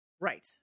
Right